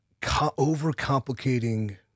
overcomplicating